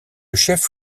chef